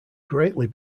greatly